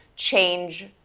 change